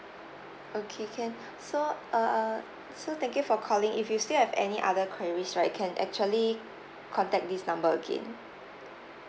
okay can so err so thank you for calling if you still have any other queries right you can actually contact this number again